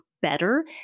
better